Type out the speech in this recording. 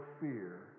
fear